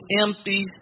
empty